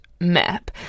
map